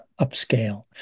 upscale